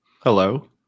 Hello